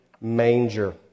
manger